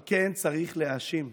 כן צריך להאשים,